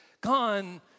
gone